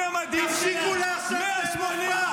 סוכן זול ברגש.